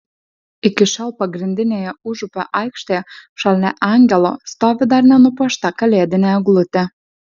iki šiol pagrindinėje užupio aikštėje šalia angelo stovi dar nenupuošta kalėdinė eglutė